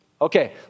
Okay